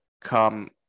come